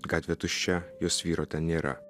gatvė tuščia jos vyro ten nėra